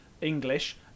English